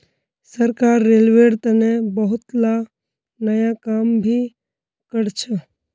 सरकार रेलवेर तने बहुतला नया काम भी करछ